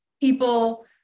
people